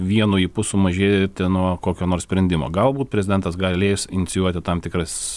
vienu ypu sumažėti nuo kokio nors sprendimo galbūt prezidentas galės inicijuoti tam tikras